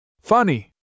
Funny